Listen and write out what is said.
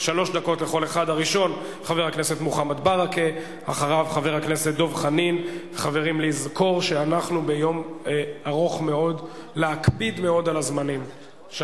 העמדת אמצעים לרשותם או הבעת תמיכה